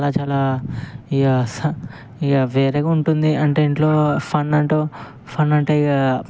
ఇక చాలా ఇక స ఇక వేరేగా ఉంటుంది అంటే ఇంట్లో ఫన్ అంటూ ఫన్ అంటే ఇక